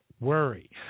worry